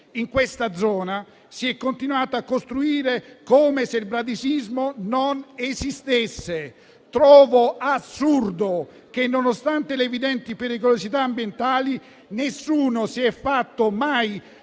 In questa zona si è continuato a costruire come se il bradisismo non esistesse. Trovo assurdo che, nonostante le evidenti pericolosità ambientali, nessuno si sia fatto mai